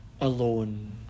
alone